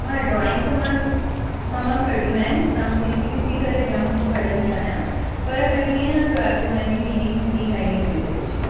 हा ड्रॉइंग त मां तमामु कढियूं आहिनि साम्हूं ॾिसी ॾिसी करे जामु कुझु कढंदी आहियां पर कॾहिं ईअं न थियो आहे की हुन जी मीनिंग ॿी काई निकिरी वई हुजे